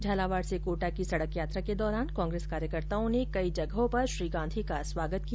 झालावाड़ से कोटा की सड़क यात्रा के दौरान कांग्रेस कार्यकर्ताओं ने कई जगहों पर श्री गांधी का स्वागत किया